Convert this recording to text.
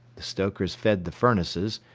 the stokers fed the furnaces,